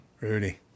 Rudy